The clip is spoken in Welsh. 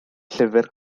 llyfr